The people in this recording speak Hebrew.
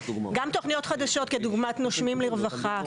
גם תוכניות חדשות כדוגמת נושמים לרווחה,